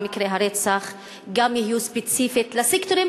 על מקרי הרצח יהיו ספציפיים לסקטורים